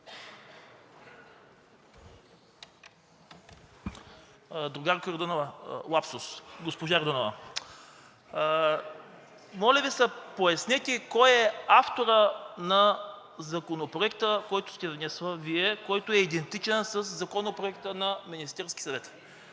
Другарко Йорданова, лапсус, госпожо Йорданова, моля Ви се пояснете кой е авторът на Законопроекта, който сте внесли Вие, който е идентичен със Законопроекта на Министерския съвет.